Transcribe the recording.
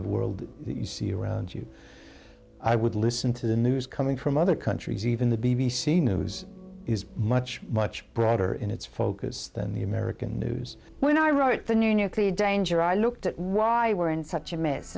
world around you i would listen to the news coming from other countries even the b b c news is much much broader in its focus than the american news when i wrote the new nuclear danger i looked at why we're in such a mess